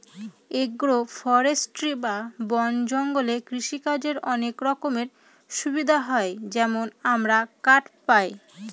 agro forestry বা বন জঙ্গলে কৃষিকাজের অনেক রকমের সুবিধা হয় যেমন আমরা কাঠ পায়